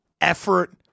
effort